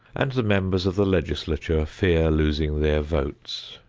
and the members of the legislature fear losing their votes.